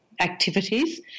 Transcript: activities